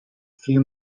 few